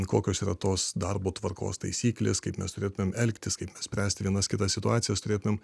kokios yra tos darbo tvarkos taisyklės kaip mes turėtumėme elgtis kaip mes spręsti vienas kitas situacijas turėtumėm